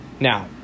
Now